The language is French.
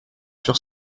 sur